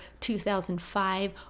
2005